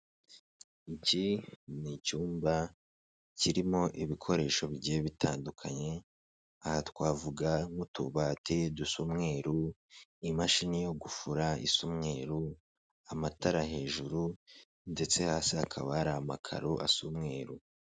Iki ni icyumba kirimo ibikoresho bigiye bitandukanye, aha twavuga nk'utubati dusa umweruru, imashini yo gufura isa umweru, amatara hejuru ndetse hasa hakaba hari amakaro asa umweru.